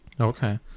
Okay